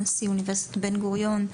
נשיא אונ' בן גוריון,